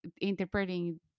interpreting